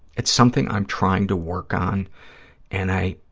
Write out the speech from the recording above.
it's something i'm trying to work on and i,